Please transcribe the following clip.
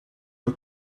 nur